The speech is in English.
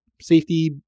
safety